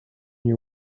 you